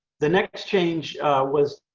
the next change was